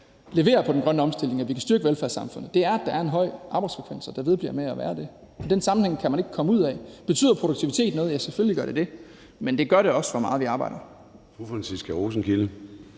levere på den grønne omstilling, og at vi kan styrke velfærdssamfundet, er, at der er en høj arbejdsfrekvens og der vedbliver at være det. Den sammenhæng kan man ikke komme ud af. Betyder produktivitet noget? Ja, selvfølgelig gør det det. Men det gør, hvor meget vi arbejder,